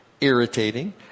irritating